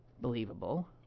believable